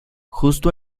justo